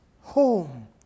home